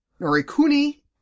Norikuni